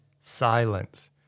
silence